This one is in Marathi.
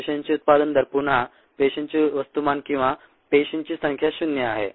पेशींचे उत्पादन दर पुन्हा पेशींचे वस्तुमान किंवा पेशींची संख्या 0 आहे